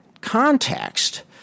context